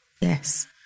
yes